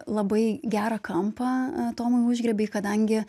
labai gerą kampą tomai užgriebei kadangi